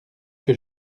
que